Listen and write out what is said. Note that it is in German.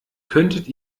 könntet